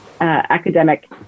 academic